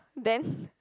then